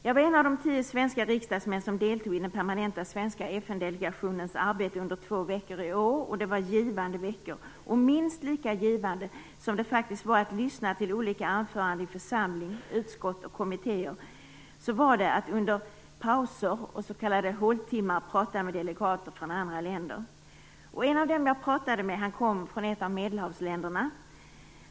Jag var en av de tio svenska riksdagsmän som deltog i den permanenta svenska FN-delegationens arbete under två veckor i år, och det var givande veckor. Minst lika givande som det var att lyssna till olika anföranden i församling, utskott och kommittéer var det faktiskt att under pauser och s.k. håltimmar prata med delegater från andra länder. En av dem som jag pratade med kom från ett av Medelhavsländerna.